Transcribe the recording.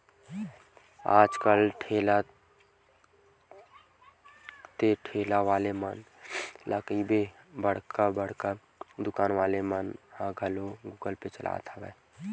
आज कल ठेला ते ठेला वाले ला कहिबे बड़का बड़का दुकान वाले मन ह घलोक गुगल पे चलावत हे